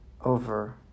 over